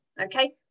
Okay